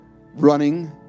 running